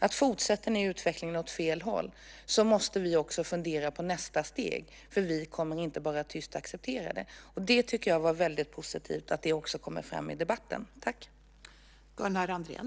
Om ni fortsätter utvecklingen åt fel håll så måste vi också fundera på nästa steg, måste vi säga. Vi kommer inte bara att tyst acceptera detta. Jag tycker att det var positivt att detta också kom fram i debatten.